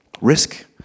Risk